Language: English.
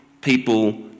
people